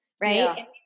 right